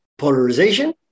polarization